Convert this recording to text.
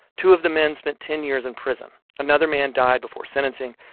two of the men spent ten years in prison. another man died before sentencing,